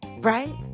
right